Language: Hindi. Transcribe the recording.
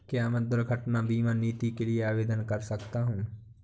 क्या मैं दुर्घटना बीमा नीति के लिए आवेदन कर सकता हूँ?